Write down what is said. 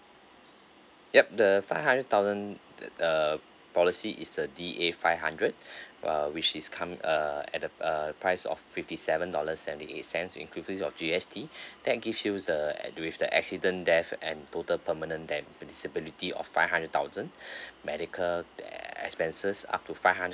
yup the five hundred thousand that uh policy is a D_A five hundred uh which is coming uh at the uh price of fifty seven dollars ninety eight cents inclusive of G_S_T that give user add with the accident death and total permanent then disability of five hundred thousand medical ex~ expenses up to five hundred